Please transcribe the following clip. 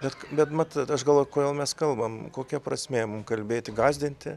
bet bet mat aš galvoju kodėl mes kalbam kokia prasmė mum kalbėti gąsdinti